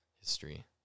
history